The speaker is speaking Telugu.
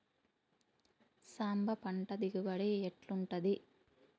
సాంబ పంట దిగుబడి ఎట్లుంటది?